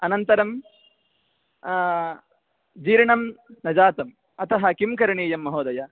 अनन्तरम् जीर्णं न जातम् अतः किं करणीयं महोदय